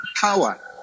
power